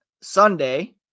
Sunday